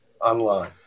online